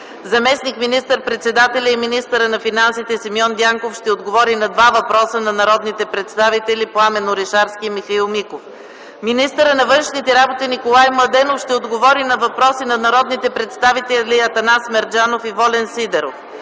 Заместник министър-председателя и министър на финансите Симеон Дянков ще отговори на два въпроса на народните представители Пламен Орешарски и Михаил Миков. Министърът на външните работи Николай Младенов ще отговори на два въпроса на народните представители Атанас Мерджанов и Волен Сидеров.